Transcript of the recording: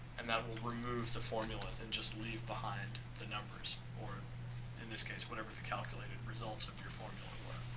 and that will remove the formulas and just leave behind the numbers or in this case, whatever the calculated results of your formula were.